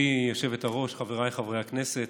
גברתי היושבת-ראש, חבריי חברי הכנסת,